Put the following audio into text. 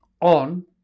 on